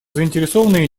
заинтересованные